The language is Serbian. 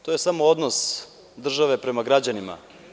To je samo odnos države prema građanima.